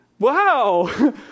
Wow